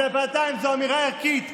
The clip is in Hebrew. אבל בינתיים זו אמירה ערכית,